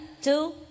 two